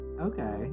okay